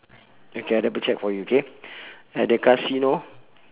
okay I double check for you okay at the casino